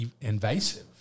invasive